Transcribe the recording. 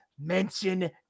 mention